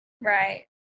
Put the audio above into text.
Right